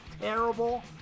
terrible